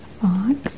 fox